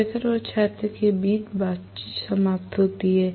professor और छात्र के बीच बातचीत समाप्त होती है